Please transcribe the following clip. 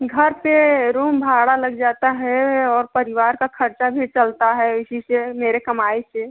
घर पर रूम भाड़ा लग जाता है और परिवार का ख़र्चा भी चलता है इसी से मेरे कमाई से